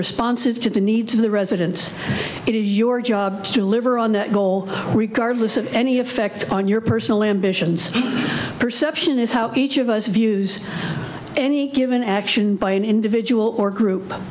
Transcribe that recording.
responsive to the needs of the residents it is your job to deliver on that goal regardless of any effect on your personal ambitions perception is how each of us views any given action by an individual or group